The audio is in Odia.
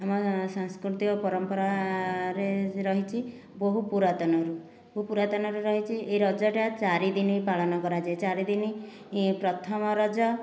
ଆମ ସାଂସ୍କୃତିକ ପରମ୍ପରାରେ ରହିଛି ବହୁ ପୂରାତନରୁ ବହୁ ପୂରାତନରୁ ରହିଛି ଏଇ ରଜଟା ଚାରିଦିନ ପାଳନ କରାଯାଏ ଚାରିଦିନ ଇ ପ୍ରଥମ ରଜ